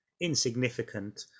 insignificant